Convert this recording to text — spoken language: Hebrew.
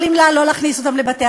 אתם יכולים לא להכניס אותם לבתי-הספר,